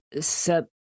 set